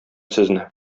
сезне